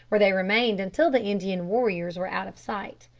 where they remained until the indian warriors were out of sight.